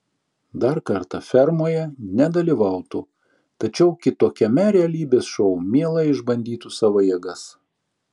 dar kartą fermoje nedalyvautų tačiau kitokiame realybės šou mielai išbandytų savo jėgas